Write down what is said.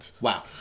Wow